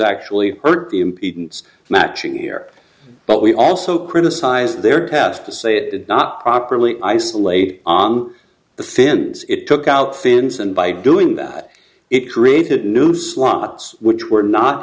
actually heard the impedance matching here but we also criticized their task to say it did not properly isolate on the fence it took out fins and by doing that it created new slots which were not